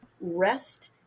rest